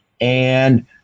And-